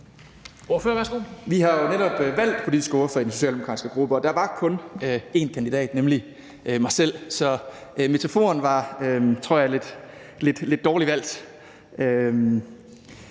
Vi har jo netop valgt politisk ordfører i den socialdemokratiske gruppe, og der var kun en kandidat, nemlig mig selv. Så metaforen var, tror jeg, lidt dårligt valgt.